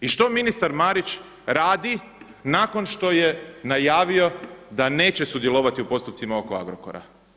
I što ministar Marić radi nakon što je najavio da neće sudjelovati u postupcima oko Agrokora?